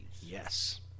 Yes